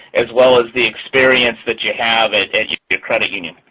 as well as the experience that you have at your credit union.